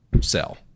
Sell